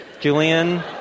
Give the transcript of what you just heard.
Julian